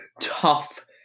tough